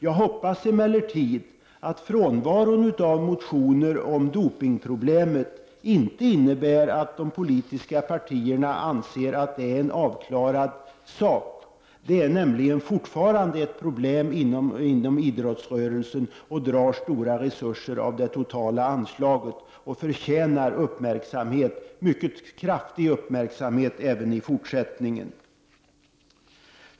Jag hoppas emellertid att frånvaron av motioner om dopingproblemet inte innebär att de politiska partierna anser att det är en avklarad sak. Det är nämligen fortfarande ett problem inom idrottsrörelsen. Det drar stora resurser av det totala anslaget, och det förtjänar mycket kraftig uppmärksamhet även i fortsättningen.